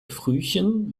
frühchen